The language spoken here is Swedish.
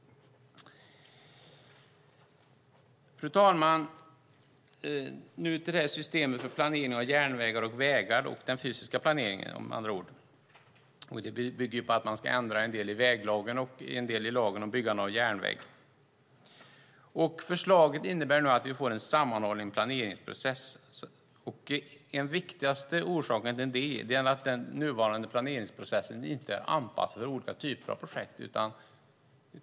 Fru talman! Låt mig gå över till systemet för planering av järnvägar och vägar, den fysiska planeringen med andra ord. Det bygger på att man ska ändra en del i väglagen och en del i lagen om byggande av järnväg. Förslaget innebär att vi får en sammanhållen planeringsprocess. Den viktigaste orsaken till det är att den nuvarande planeringsprocessen inte är anpassad till olika typer av projekt.